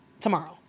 tomorrow